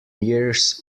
years